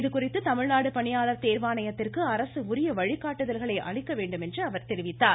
இதுகுறித்து தமிழ்நாடு பணியாளர் தேர்வாணையத்திற்கு அரசு உரிய வழிகாட்டுதல்களை அளிக்க வேண்டும் என்று அவர் கூறியுள்ளார்